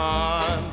on